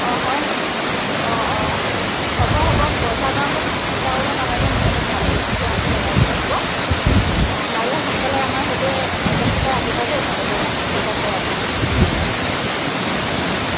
অঁ হয় নেকি অঁ অঁ হ'ব হ'ব পইচাৰ কাৰণে চিন্তা কৰিব নালাগে মুঠতে ভাল বস্তুটো আনি লগাই দিলে হ'ব অঁ কাইলে সোনকালে আমাৰ সেইটো এড্ৰেছতে আহিবা দেই হ'ব ঠিক আছে ৰাখিছোঁ অঁ অঁ